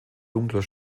dunkler